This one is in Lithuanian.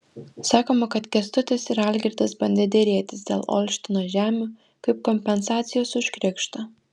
sakoma kad kęstutis ir algirdas bandę derėtis dėl olštino žemių kaip kompensacijos už krikštą